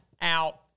out